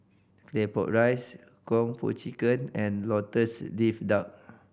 Claypot Rice Kung Po Chicken and Lotus Leaf Duck